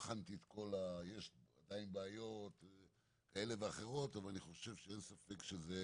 יש עדין בעיות כאלה ואחרות אבל אני חושב שאין ספק שזה